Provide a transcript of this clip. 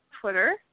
Twitter